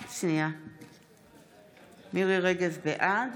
רגב, בעד